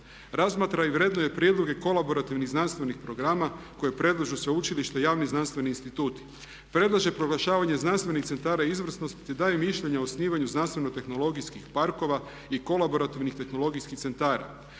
Razmatra i vrednuje prijedloge kolaborativnih znanstvenih programa koje predlažu sveučilišta i javni znanstveni instituti. Predlaže proglašavanje znanstvenih centara izvrsnosti te daje mišljenja o osnivanju znanstveno-tehnologijskih parkova i kolaborativnih tehnologijskih centara.